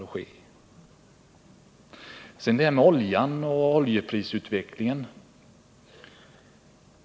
Så till frågan om oljan och oljeprisutvecklingen.